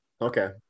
Okay